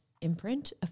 imprint